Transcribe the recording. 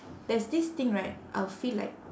there's this thing right I'll feel like